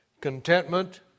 contentment